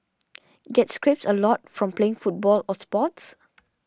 get scrapes a lot from playing football or sports